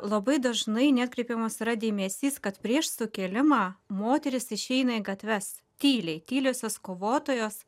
labai dažnai neatkreipiamas dėmesys kad prieš sukilimą moterys išeina į gatves tyliai tyliosios kovotojos